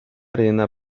arena